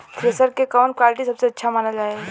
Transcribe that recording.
Thresher के कवन quality सबसे अच्छा मानल जाले?